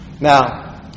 Now